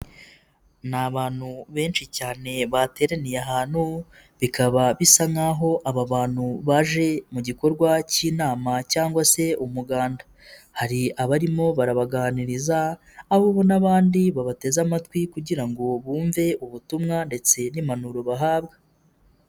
Ni abantu benshi cyane bateraniye ahantu bikaba bisa nkaho aba bantu baje mu gikorwa cy'inama cyangwa se umuganda, hari abarimo barabaganiriza aho ubona abandi babateze amatwi kugira ngo bumve ubutumwa ndetse n'impanuro bahabwa.